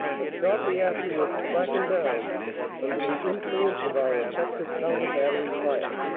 but shortly afterwards slackened down under the influence of our effective counter-battery fire.